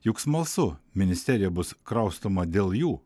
juk smalsu ministerija bus kraustoma dėl jų